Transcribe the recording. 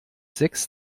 sechs